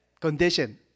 Condition